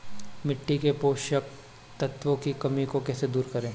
मिट्टी के पोषक तत्वों की कमी को कैसे दूर करें?